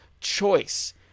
Choice